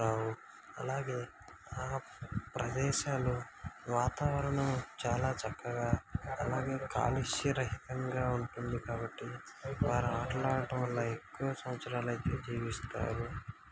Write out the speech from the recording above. రావు అలాగే ఆ ప్రదేశాలలో వాతావరణం చాలా చక్కగా అలాగే కాలుష్యరహితంగా ఉంటుంది కాబట్టి వాళ్ళు ఆటలు ఆడటం వలన ఎక్కువ సంవత్సరాలు అయితే జీవిస్తారు